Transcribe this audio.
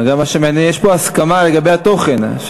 אגב, מה שמעניין, יש פה הסכמה לגבי התוכן.